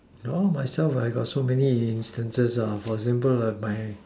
you know myself I got so many instances ah for example ah my